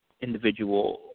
individual